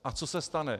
A co se stane?